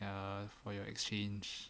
err for your exchange